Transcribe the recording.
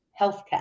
healthcare